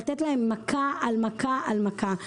לתת להם מכה על מכה על מכה.